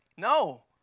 No